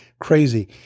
crazy